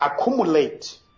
accumulate